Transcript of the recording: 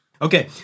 Okay